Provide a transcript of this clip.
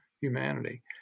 humanity